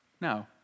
No